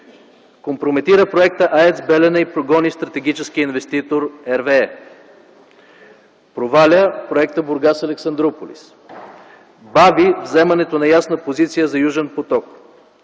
компрометира проекта АЕЦ „Белене” и прогони стратегическия инвеститор RWE, проваля проекта „Бургас-Александруполис”, бави заемането на ясна позиция за „Южен поток”,